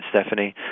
Stephanie